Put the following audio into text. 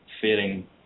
feeling